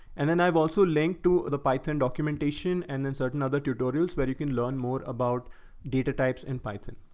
and then i've also linked to the python documentation, and then certain other tutorials where you can learn more about data types in python.